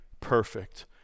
perfect